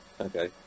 Okay